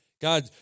God